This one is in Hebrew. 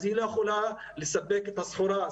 היא לא יכולה לספק את הסחורה.